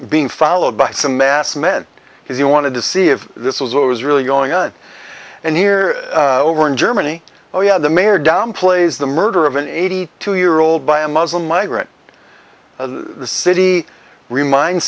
being followed by some mass men because he wanted to see if this was what was really going on and here over in germany oh yeah the mayor downplays the murder of an eighty two year old by a muslim migrant the city remind